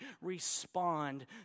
respond